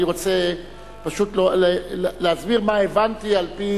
אני רוצה פשוט להסביר מה הבנתי על-פי